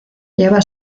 lleva